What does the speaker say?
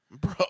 Bro